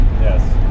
Yes